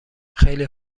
خیلی